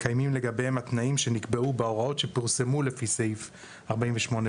מתקיימים לגביו התנאים שנקבעו בהוראות שפורסמו לפי סעיף 48(ב).